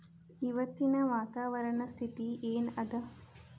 ಇವತ್ತಿನ ವಾತಾವರಣ ಸ್ಥಿತಿ ಏನ್ ಅದ?